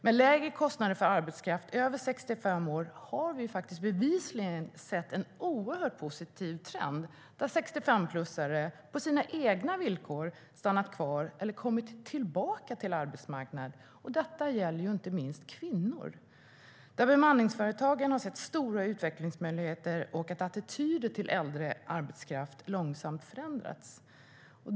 Med lägre kostnader för arbetskraft över 65 år har vi bevisligen fått en oerhört positiv utveckling där 65-plussare på sina egna villkor stannat kvar på eller kommit tillbaka till arbetsmarknaden. Det gäller inte minst kvinnor. Bemanningsföretagen har sett stora utvecklingsmöjligheter och också sett att attityden till äldre arbetskraft långsamt förändrats.